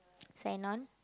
sign on